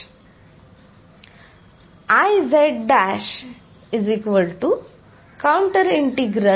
एकदा मी दोन रेषांवर उकळले की ओरिजिन कोठे आहे हे फरक पडत नाही कारण या आत सर्वत्र येथे माझ्याकडे कॅपिटल R आहे जे या दोन मधील अंतर आहे